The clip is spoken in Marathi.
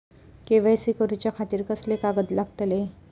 के.वाय.सी करूच्या खातिर कसले कागद लागतले?